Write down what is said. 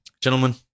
Gentlemen